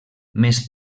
més